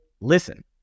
listen